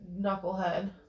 knucklehead